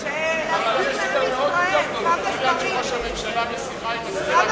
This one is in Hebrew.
אתה יכול להקריא את שמות השרים, להסביר לעם